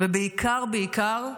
ובעיקר בעיקר,